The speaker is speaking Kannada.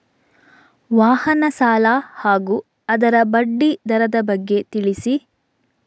ವಾಹನ ಸಾಲ ಹಾಗೂ ಅದರ ಬಡ್ಡಿ ದರದ ಬಗ್ಗೆ ತಿಳಿಸಿ?